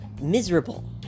miserable